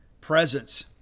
presence